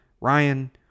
Ryan